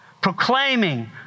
proclaiming